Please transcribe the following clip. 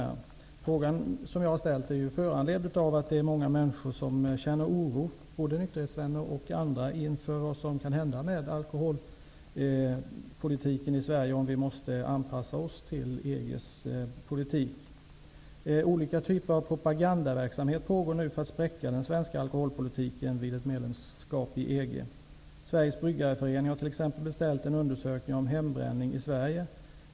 Den fråga som jag har ställt är föranledd av att många människor känner oro, både nykterhetsvänner och andra, inför vad som kan hända med alkoholpolitiken i Sverige om vi måste anpassa oss till EG:s politik. Olika typer av propagandaverksamhet pågår nu för att spräcka den svenska alkoholpolitiken vid ett medlemskap i EG. Svenska Bryggareföreningen har t.ex. beställt en undersökning om hembränning i Sverige.